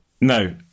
No